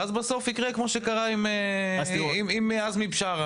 ואז בסוף יקרה כמו שקרה עם עזמי בשארה,